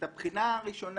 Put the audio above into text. את הבחינה הראשונה,